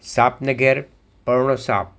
સાપને ઘેર પરોણો સાપ